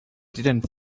didn’t